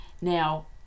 now